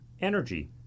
Energy